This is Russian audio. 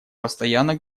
постоянно